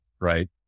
right